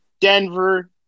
Denver